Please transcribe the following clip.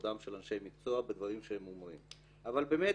מכבודם של אנשי המקצוע והדברים שהם אומרים אבל באמת,